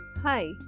Hi